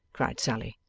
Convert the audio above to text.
cried sally,